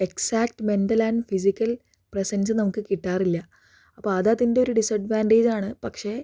exact mental and physical presence നമുക്ക് കിട്ടാറില്ല അപ്പോൾ അത് അതിൻ്റെ ഒരു ഡിസ്സഡ്വാന്റേജ് ആണ് പക്ഷെ